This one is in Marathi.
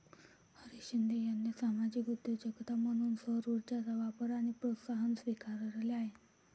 हरीश शिंदे यांनी सामाजिक उद्योजकता म्हणून सौरऊर्जेचा वापर आणि प्रोत्साहन स्वीकारले आहे